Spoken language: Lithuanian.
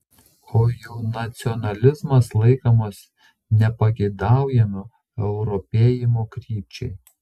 o jau nacionalizmas laikomas nepageidaujamu europėjimo krypčiai